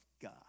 God